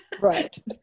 Right